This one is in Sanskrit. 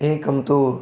एकं तु